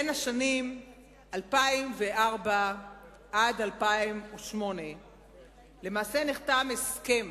בשנים 2004 2008 נחתם הסכם